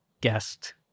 guest